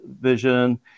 vision